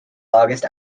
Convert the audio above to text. august